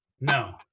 No